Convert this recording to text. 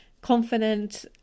Confident